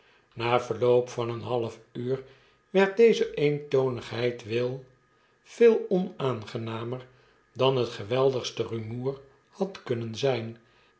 na verloop van een half uur werd deze eentonigheid will veel onaangenamer dan het geweldigste rumoer had kunnen zp